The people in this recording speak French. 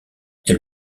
elle